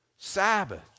sabbath